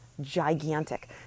gigantic